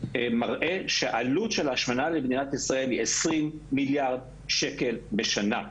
שמראה שהעלות של השמנה למדינת ישראל היא 20 מיליארד שקל בשנה.